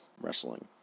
wrestling